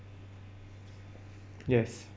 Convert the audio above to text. yes